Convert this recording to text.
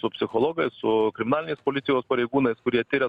su psichologais su kriminalinės policijos pareigūnais kurie tiria